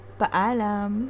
paalam